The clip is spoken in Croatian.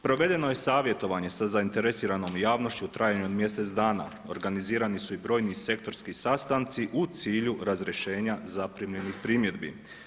Provedeno je savjetovanje sa zainteresiranom javnošću u trajanju od mjesec dana, organizirani su i brojni sektorski sastanci u cilju razrješenja zaprimljenih primjedbi.